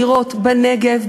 בנגב,